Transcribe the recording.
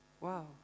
wow